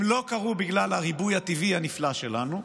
הם לא קרו בגלל הריבוי הטבעי הנפלא שלנו,